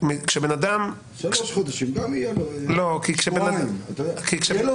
יהיה לו